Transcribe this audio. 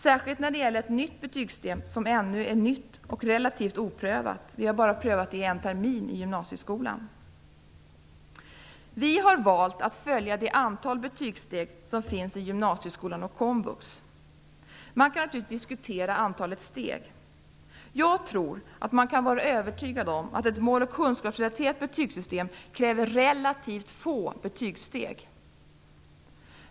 Särskilt när det gäller ett betygssystem som ännu är nytt och relativt oprövat - vi har bara prövat det en termin i gymnasieskolan. Vi har valt att följa det antal betygssteg som finns i gymnasieskolan och på komvux. Man kan naturligtvis diskutera antalet steg. Jag tror att man kan vara övertygad om att ett mål och kunskapsrelaterat betygssystem kräver relativt få betygssteg.